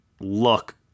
look